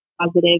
positive